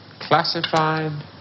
Classified